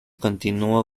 continuó